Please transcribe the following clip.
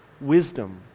wisdom